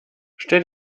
stell